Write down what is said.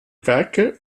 werke